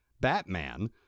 Batman